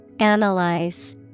Analyze